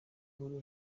nkuru